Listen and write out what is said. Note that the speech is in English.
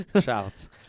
Shouts